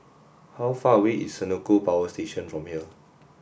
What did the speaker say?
how far away is Senoko Power Station from here